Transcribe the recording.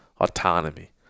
autonomy